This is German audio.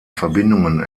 verbindungen